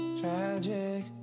tragic